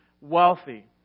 wealthy